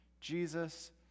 Jesus